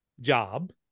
job